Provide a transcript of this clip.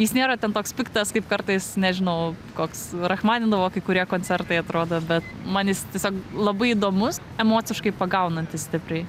jis nėra ten toks piktas kaip kartais nežinau koks rachmaninovo kai kurie koncertai atrodo bet man jis tiesiog labai įdomus emociškai pagaunantis stipriai